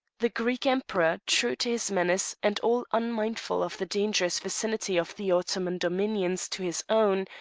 the greek emperor, true to his menace, and all unmindful of the dangerous vicinity of the ottoman dominions to his own,